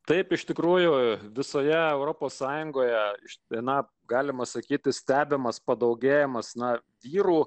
taip iš tikrųjų visoje europos sąjungoje viena galima sakyti stebimas padaugėjimas na vyrų